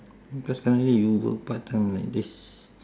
cause currently you work part time like this